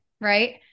right